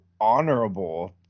honorable